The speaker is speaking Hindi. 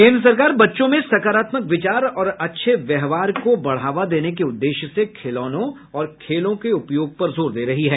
केन्द्र सरकार बच्चों में सकारात्मक विचार और अच्छे व्यवहार को बढावा देने के उद्देश्य से खिलौनों और खेलों के उपयोग पर जोर दे रही है